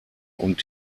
und